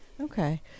Okay